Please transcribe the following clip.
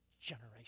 generation